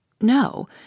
No